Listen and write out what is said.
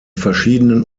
verschiedenen